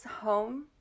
home